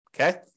Okay